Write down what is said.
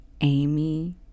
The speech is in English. Amy